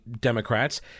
Democrats